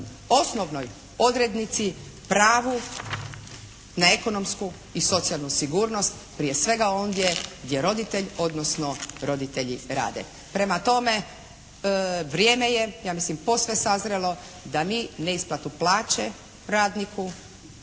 osnovnoj odrednici, pravu na ekonomsku i socijalnu sigurnost, prije svega ondje gdje roditelj odnosno roditelji rade. Prema tome, vrijeme je ja mislim posve sazrelo da mi neisplatu plaće radniku